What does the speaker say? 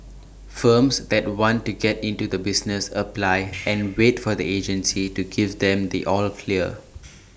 firms that want to get into the business apply and wait for the agency to give them the all of clear